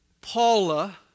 Paula